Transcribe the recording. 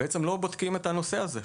בעצם לא בודקים את הנושא הזה.